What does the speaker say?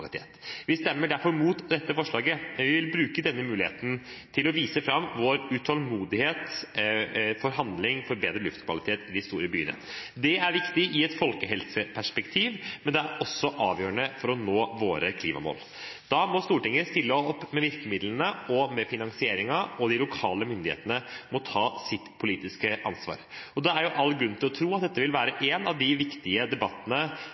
Vi stemmer derfor mot dette forslaget. Jeg vil bruke denne muligheten til å vise fram vår utålmodighet etter handling for bedre luftkvalitet i de store byene. Det er viktig i et folkehelseperspektiv, men det er også avgjørende for å nå våre klimamål. Da må Stortinget stille opp med virkemidlene og med finansieringen, og de lokale myndighetene må ta sitt politiske ansvar. Det er all grunn til å tro at dette vil være en av de viktige debattene